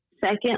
second